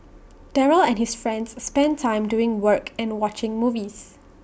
Daryl and his friends spent time doing work and watching movies